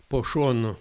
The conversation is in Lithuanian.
po šonu